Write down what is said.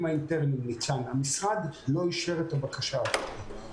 האינטרנטיים והמשרד לא אישר את הבקשה הזאת.